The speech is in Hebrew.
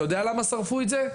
אתה יודע למה שרפו את זה?